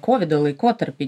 kovido laikotarpį